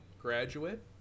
graduate